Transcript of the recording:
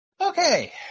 Okay